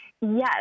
Yes